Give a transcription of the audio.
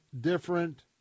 different